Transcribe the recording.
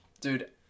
Dude